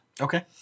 okay